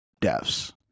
deaths